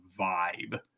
vibe